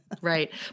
right